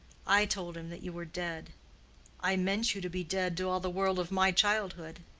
i told him that you were dead i meant you to be dead to all the world of my childhood.